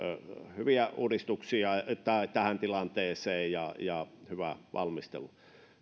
hyviä uudistuksia tähän tilanteeseen ja ja hyvä valmistelu